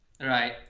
right